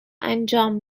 انجام